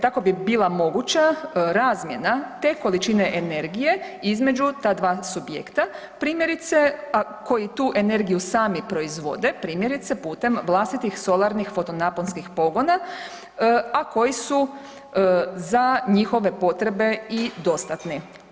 Tako bi bila moguća razmjena te količine energije između ta dva subjekta primjerice koji tu energiju sami proizvode primjerice putem vlastitih solarnih fotonaponskih pogona, a koji su za njihove potrebe i dostatni.